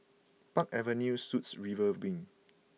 Park Avenue Suites River Wing